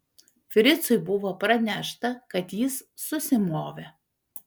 fricui buvo pranešta kad jis susimovė